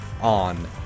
on